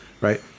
right